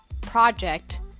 project